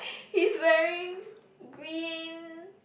he's wearing green